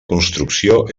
construcció